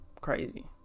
Crazy